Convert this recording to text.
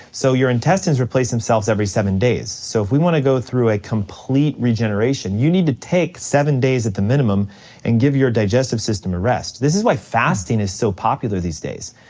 so your intestines replace themselves every seven days, so if we wanna go through a complete regeneration, you need to take seven days at the minimum and give your digestive system a rest. this is why fasting is so popular these days.